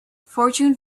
fortune